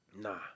Nah